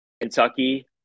Kentucky